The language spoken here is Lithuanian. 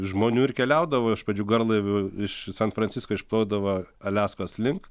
žmonių ir keliaudavo iš pradžių garlaiviu iš san fransisko išplaudavo aliaskos link